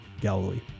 Galilee